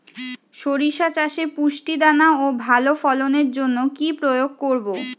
শরিষা চাষে পুষ্ট দানা ও ভালো ফলনের জন্য কি প্রয়োগ করব?